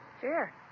Sure